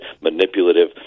manipulative